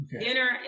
dinner